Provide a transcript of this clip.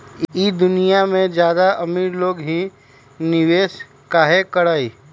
ई दुनिया में ज्यादा अमीर लोग ही निवेस काहे करई?